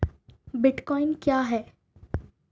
Bitcoin क्या है?